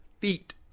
feet